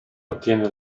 ottiene